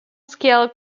scale